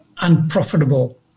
unprofitable